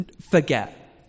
forget